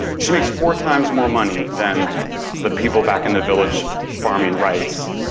she makes four times more money than the people back in the village, farming rice.